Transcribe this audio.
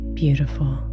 beautiful